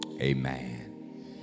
amen